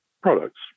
products